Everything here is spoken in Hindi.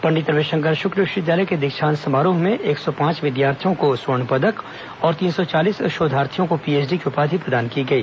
पंडित रविशंकर शुक्ल विश्वविद्यालय के दीक्षांत समारोह में एक सौ चार विद्यार्थियों को स्वर्ण पदक और तीन सौ चालीस शोधार्थियों को पीएचडी की उपाधि प्रदान की गई